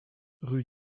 rue